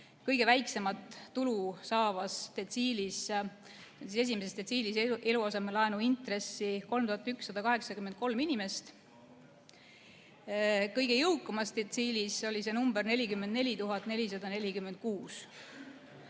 kõige väiksemat tulu saavas detsiilis, esimeses detsiilis, eluasemelaenu intressi 3183 inimest, kõige jõukamas detsiilis oli see number 44 446.